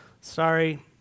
Sorry